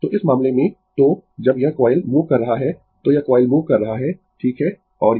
तो इस मामले में तो जब यह कॉइल मूव कर रहा है तो यह कॉइल मूव कर रहा है ठीक है और यह